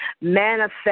Manifest